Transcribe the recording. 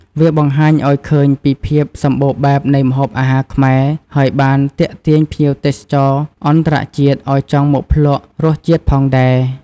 វាបង្ហាញឲ្យឃើញពីភាពសម្បូរបែបនៃម្ហូបអាហារខ្មែរ ហើយបានទាក់ទាញភ្ញៀវទេសចរអន្តរជាតិឲ្យចង់មកភ្លក្សរសជាតិផងដែរ។